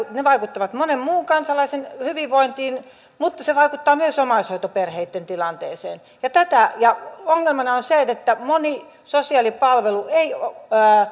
vaikuttavat monen muun kansalaisen hyvinvointiin mutta se vaikuttaa myös omaishoitoperheitten tilanteeseen ongelmana on se että moni sosiaalipalvelu